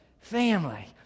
family